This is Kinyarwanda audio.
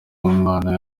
umwana